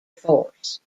force